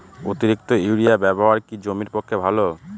অতিরিক্ত ইউরিয়া ব্যবহার কি জমির পক্ষে ভালো?